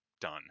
done